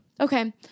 Okay